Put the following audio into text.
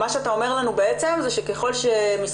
מה שאתה אומר לנו בעצם זה שככל שמשרד